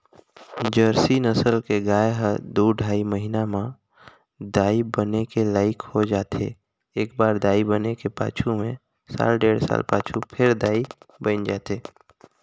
Jersey नसल के गाय ह दू ढ़ाई महिना म दाई बने के लइक हो जाथे, एकबार दाई बने के पाछू में साल डेढ़ साल पाछू फेर दाई बइन जाथे